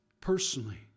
personally